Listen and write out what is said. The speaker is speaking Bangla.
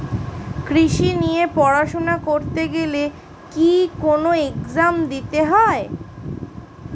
কৃষি নিয়ে পড়াশোনা করতে গেলে কি কোন এগজাম দিতে হয়?